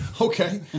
Okay